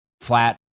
flat